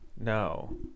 No